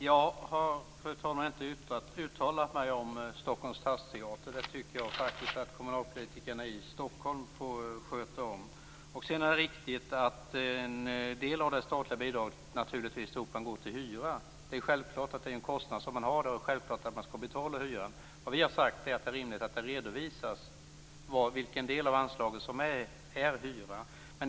Fru talman! Jag har inte uttalat mig om Stockholms stadsteater. Det tycker jag faktiskt att kommunalpolitikerna i Stockholm får sköta om. Det är riktigt att en del av det statliga bidraget till Operan naturligtvis går till hyra. Det är självklart att det är en kostnad man har. Det är självklart att man skall betala hyran. Vi har sagt att det är rimligt att man redovisar vilken del av anslaget som är hyra.